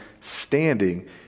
standing